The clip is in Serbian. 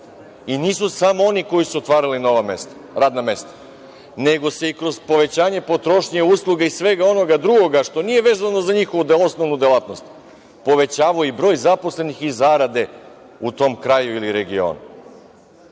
i nisu samo oni koji su otvarali nova radna mesta, nego se i kroz povećanje potrošnje, usluga i svega onoga drugoga što nije vezano za njihovu osnovnu delatnost povećavao i broj zaposlenih i zarade u tom kraju ili regionu. Isto